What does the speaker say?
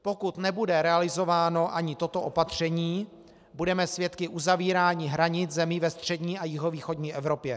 Pokud nebude realizováno ani toto opatření, budeme svědky uzavírání hranic zemí ve střední a jihovýchodní Evropě.